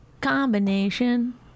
combination